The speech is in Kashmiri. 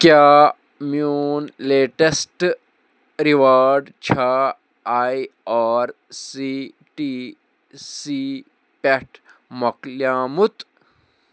کیٛاہ میون لیٹیٚسٹ رِوارڑ چھا I R C T C پٮ۪ٹھٕ مۄکلیوٚمُت